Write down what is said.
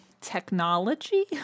technology